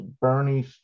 Bernie